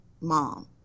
mom